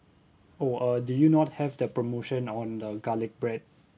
oh uh do you not have the promotion on the garlic bread